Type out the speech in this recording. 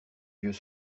vieux